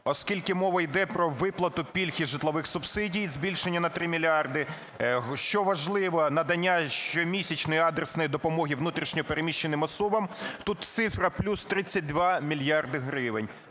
оскільки мова йде про виплату пільг і житлових субсидій: збільшення на 3 мільярди. Що важливо, надання щомісячної адресної допомоги внутрішньо переміщеним особам, тут цифра – плюс 32 мільярди